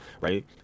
right